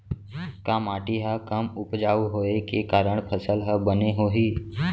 का माटी हा कम उपजाऊ होये के कारण फसल हा बने होही?